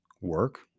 work